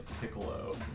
piccolo